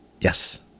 Yes